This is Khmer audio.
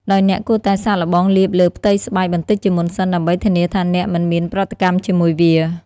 ដោយអ្នកគួរតែសាកល្បងលាបលើផ្ទៃស្បែកបន្តិចជាមុនសិន ដើម្បីធានាថាអ្នកមិនមានប្រតិកម្មជាមួយវា។